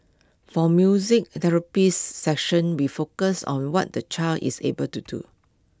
for music therapy session we focus on what the child is able to do